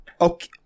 Okay